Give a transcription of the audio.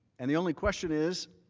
and the only question is,